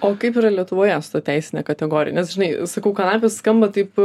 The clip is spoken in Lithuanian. o kaip yra lietuvoje su ta teisine kategorija nes žinai sakau kanapės skamba taip